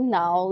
now